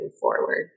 forward